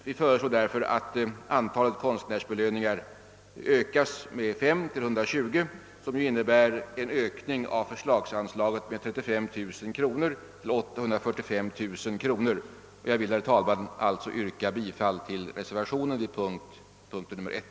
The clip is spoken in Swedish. Vi föreslår därför att antalet konstnärsbelöningar ökas med 5 till 120, innebärande en ökning av förslagsanslaget med 35000 kronor till 845 000 kronor. Herr talman! Jag yrkar bifall till reservationen 1 vid punkten 1.